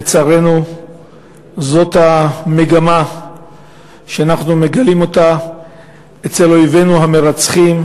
לצערנו זאת המגמה שאנחנו מגלים אצל אויבינו המרצחים,